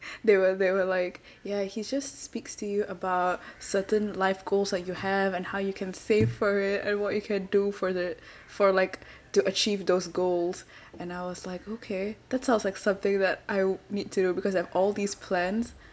they were they were like ya he just speaks to you about certain life goals like you have and how you can save for it and what you can do for the for like to achieve those goals and I was like okay that's sounds like something that I need to know because I've all these plans